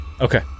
Okay